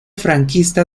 franquista